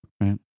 Right